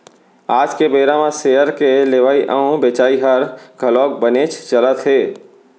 आज के बेरा म सेयर के लेवई अउ बेचई हर घलौक बनेच चलत हे